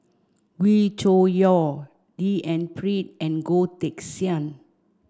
Wee Cho Yaw D N Pritt and Goh Teck Sian